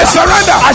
surrender